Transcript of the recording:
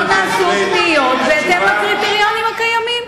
נעשו פניות בהתאם לקריטריונים הקיימים.